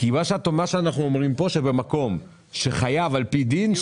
אנחנו אומרים פה שבמקום שחייב על פי דין,